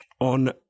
on